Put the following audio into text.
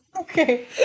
Okay